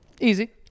easy